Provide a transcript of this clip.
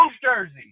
jersey